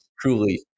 truly